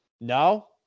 No